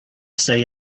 say